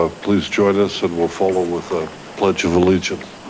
ah please join us and we'll follow with the pledge of allegiance.